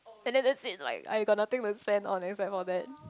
and then that's it like I got nothing to spend on except for that